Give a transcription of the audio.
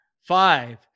five